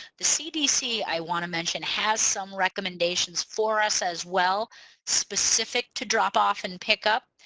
the cdc i want to mention has some recommendations for us as well specific to drop off and pick up.